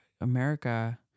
America